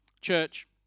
Church